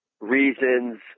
reasons